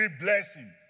blessing